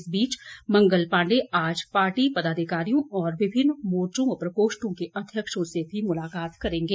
इस बीच मंगल पांडे आज पार्टी पदाधिकारियों और विभिन्न मोर्चों व प्रकोष्ठों के अध्यक्षों से भी मुलाकात करेंगे